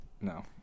no